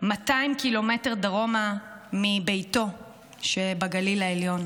200 ק"מ דרומה מביתו שבגליל העליון.